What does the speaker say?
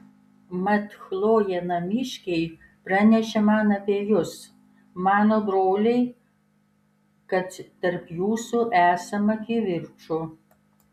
mat chlojė namiškiai pranešė man apie jus mano broliai kad tarp jūsų esama kivirčų